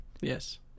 yes